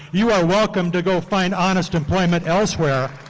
you are welcome to go find honest employment elsewhere.